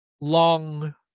long